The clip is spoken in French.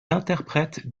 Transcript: interprète